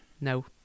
No